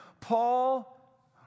Paul